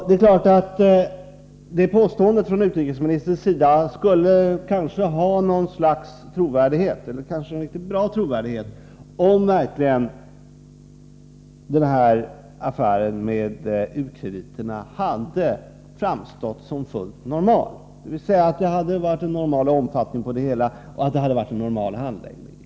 Det är klart att utrikesministerns påstående kanske skulle kunna ha något slags trovärdighet — kanske riktigt bra trovärdighet — om affären med u-krediterna verkligen hade framstått som fullt normal, dvs. om det hade rört sig om en normal omfattning och en normal handläggning.